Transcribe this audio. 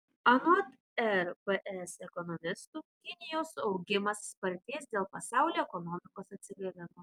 anot rbs ekonomistų kinijos augimas spartės dėl pasaulio ekonomikos atsigavimo